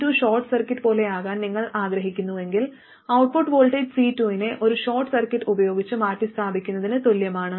C2 short circuit പോലെയാകാൻ നിങ്ങൾ ആഗ്രഹിക്കുന്നുവെങ്കിൽ ഔട്ട്പുട്ട് വോൾട്ടേജ് C2 നെ ഒരു ഷോർട്ട് സർക്യൂട്ട് ഉപയോഗിച്ച് മാറ്റിസ്ഥാപിക്കുന്നതിന് തുല്യമാണ്